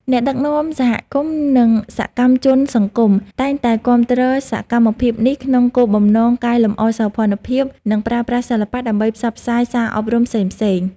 អ្នកដឹកនាំសហគមន៍ និងសកម្មជនសង្គម តែងតែគាំទ្រសកម្មភាពនេះក្នុងគោលបំណងកែលម្អសោភ័ណភាព និងប្រើប្រាស់សិល្បៈដើម្បីផ្សព្វផ្សាយសារអប់រំផ្សេងៗ។